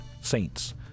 saints